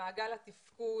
למעגל התפקוד.